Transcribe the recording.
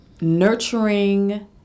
nurturing